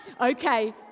Okay